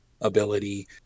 ability